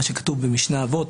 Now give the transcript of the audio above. מה שכתוב במשנה אבות,